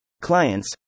Clients